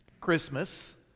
Christmas